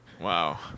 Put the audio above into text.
Wow